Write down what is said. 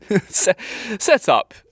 setup